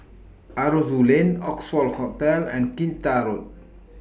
Aroozoo Lane Oxford Hotel and Kinta Road